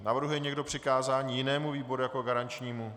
Navrhuje někdo přikázání jinému výboru jako garančnímu?